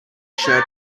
shirt